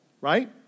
right